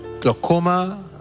glaucoma